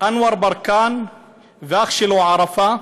אנואר ברכאן והאח שלו, ערפה,